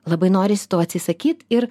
labai noris to atsisakyti ir